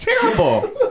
terrible